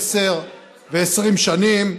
עשר ו-20 שנים.